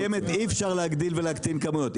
אבל בלהקה קיימת אי אפשר להגדיל ולהקטין כמויות,